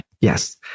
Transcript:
Yes